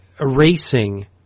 erasing